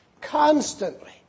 Constantly